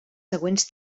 següents